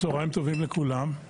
צהריים טובים לכולם.